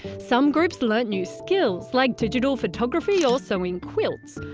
some groups learnt new skills, like digital photography or sewing quilts,